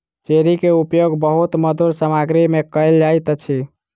cherry के उपयोग बहुत मधुर सामग्री में कयल जाइत अछि